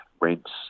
rents